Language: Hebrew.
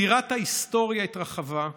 זירת ההיסטוריה התרחבה,